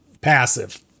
passive